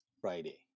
Friday